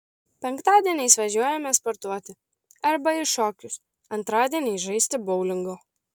penktadieniais važiuojame sportuoti arba į šokius antradieniais žaisti boulingo